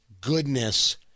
goodness